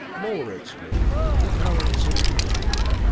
lower it swooped, the towering city behind it.